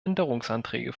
änderungsanträge